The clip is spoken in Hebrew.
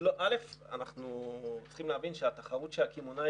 אנחנו צריכים להבין שהתחרות שהקמעונאי